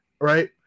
right